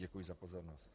Děkuji za pozornost.